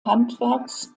handwerks